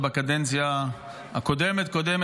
עוד בקדנציה הקודמת-קודמת,